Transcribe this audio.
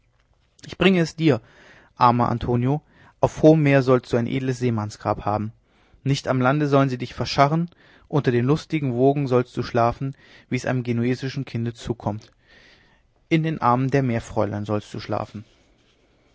ich bringe es dir armer antonio auf hohem meer sollst du ein edles seemannsgrab haben nicht am lande sollen sie dich verscharren unter den lustigen wogen sollst du schlafen wie's einem genuesischen kinde zukommt in den armen der meerfräulein sollst du schlafen